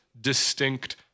distinct